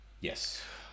Yes